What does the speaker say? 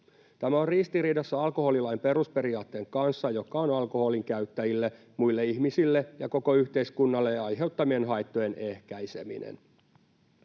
Tämä on ristiriidassa alkoholilain perusperiaatteen kanssa, joka on alkoholin alkoholinkäyttäjille, muille ihmisille ja koko yhteiskunnalle aiheuttamien haittojen ehkäiseminen.